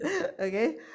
Okay